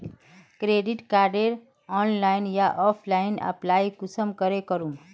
Credit कार्डेर online या offline apply कुंसम करे करूम?